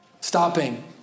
Stopping